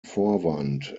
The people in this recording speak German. vorwand